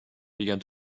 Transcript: began